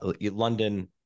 London